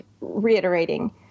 reiterating